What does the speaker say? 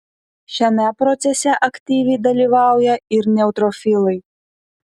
šiame procese aktyviai dalyvauja ir neutrofilai